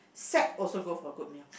sad also go for good meal